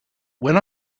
when